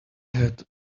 had